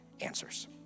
answers